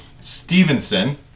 Stevenson